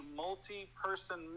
multi-person